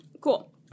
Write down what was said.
cool